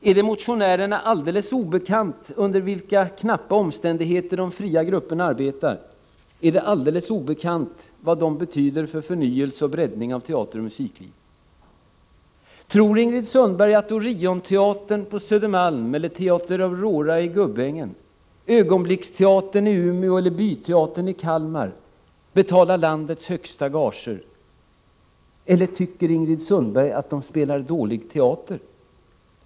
Är det motionärerna alldeles obekant under vilka knappa omständigheter de fria grupperna arbetar, är det alldeles obekant vad dessa betyder för förnyelse och breddning av teateroch musiklivet? Tror Ingrid Sundberg att Orionteatern på Södermalm, Teater Aurora i Gubbängen, Ögonblicksteatern i Umeå eller Byteatern i Kalmar betalar landets högsta gager? Eller tycker Ingrid Sundberg att de spelar dålig teater?